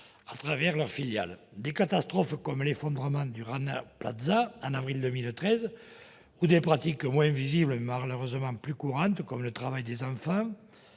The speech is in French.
de ses filiales. Des catastrophes comme l'effondrement du Rana Plaza en avril 2013 ou des pratiques moins visibles, mais malheureusement plus courantes, comme le travail des enfants,